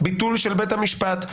ביטול של בית המשפט.